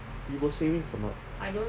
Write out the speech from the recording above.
you go savings a not